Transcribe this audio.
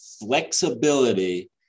flexibility